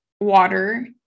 water